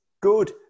good